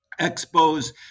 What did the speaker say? Expos